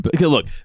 Look